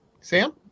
sam